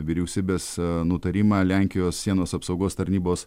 vyriausybės nutarimą lenkijos sienos apsaugos tarnybos